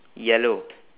yellow